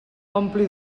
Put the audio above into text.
ompli